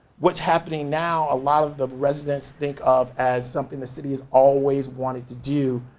what's happening now, a lot of the residents think of, as something the city has always wanted to do.